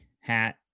hat